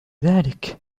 ذلك